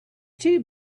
too